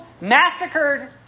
massacred